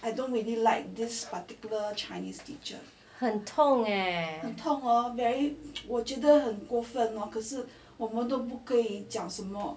很痛很痛 leh